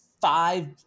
five